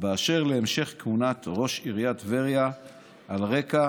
באשר להמשך כהונת ראש עיריית טבריה על רקע